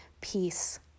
peace